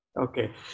Okay